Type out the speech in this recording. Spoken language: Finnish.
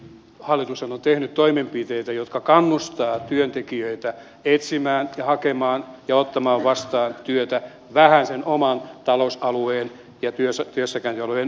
hallitushan on tehnyt toimenpiteitä jotka kannustavat työntekijöitä etsimään hakemaan ja ottamaan vastaan työtä vähän sen oman talousalueen ja työssäkäyntialueen ulkopuoleltakin